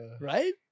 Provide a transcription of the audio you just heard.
right